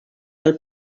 del